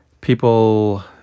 People